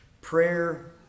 prayer